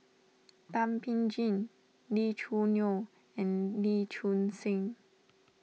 Thum Ping Tjin Lee Choo Neo and Lee Choon Seng